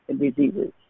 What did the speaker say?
diseases